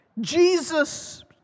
Jesus